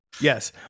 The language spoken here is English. Yes